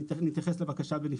נתייחס לבקשה בנפרד.